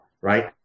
right